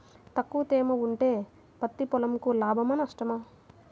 తక్కువ తేమ ఉంటే పత్తి పొలంకు లాభమా? నష్టమా?